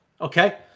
okay